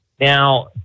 Now